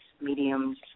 mediums